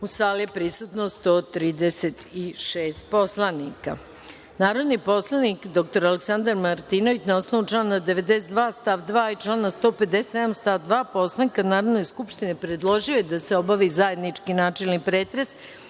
sali je prisutno 136 narodnih poslanika. Narodni poslanik dr Aleksandar Martinović, na osnovu člana 92. stav 2. i člana 157. stav 2. Poslovnika Narodne skupštine, predložio je da se obavi zajednički načelni pretres